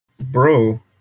Bro